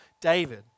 David